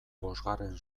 bosgarren